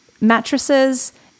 mattresses